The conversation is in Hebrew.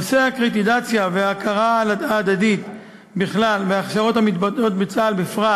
נושא הקרדיטציה וההכרה ההדדית בכלל וההכשרות המתבצעות בצה"ל בפרט